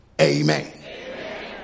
Amen